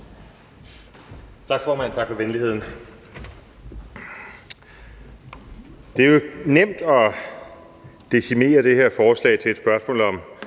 Tak, formand, og tak for venligheden. Det er jo nemt at decimere det her forslag til et spørgsmål om,